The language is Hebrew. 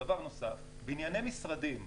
בנייני משרדים,